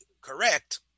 correct